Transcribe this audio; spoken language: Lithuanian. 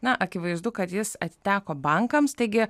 na akivaizdu kad jis atiteko bankams taigi